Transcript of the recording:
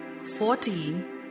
fourteen